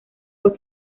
fue